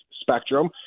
spectrum